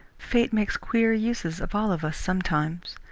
fate makes queer uses of all of us sometimes.